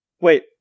Wait